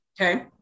Okay